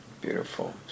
Beautiful